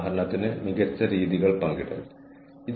human resource സിസ്റ്റങ്ങൾ ഇത് സുഗമമാക്കുന്നു